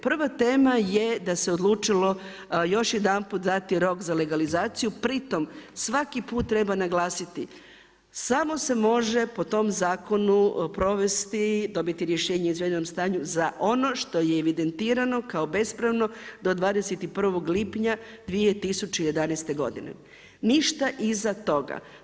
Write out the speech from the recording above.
Prva tema je da se odlučilo još jedanput dati rok za legalizaciju, pri tom svaki put treba naglasiti samo se može po tom zakonu provesti, dobiti rješenje o izvedenom stanju za ono što je evidentirano kao bespravno do 21. lipnja 2011. godine, ništa iza toga.